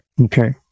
Okay